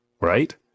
right